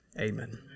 Amen